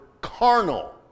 carnal